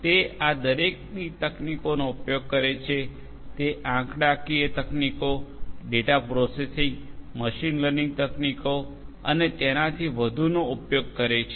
તે આ દરેકની તકનીકોનો ઉપયોગ કરે છે તે આંકડાકીય તકનીકો ડેટા પ્રોસેસિંગ મશીન લર્નિંગ તકનીકો અને તેનાથી વધુનો ઉપયોગ કરે છે